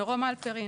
מרום הלפרין,